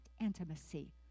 intimacy